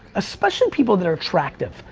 ah specially people that are attractive,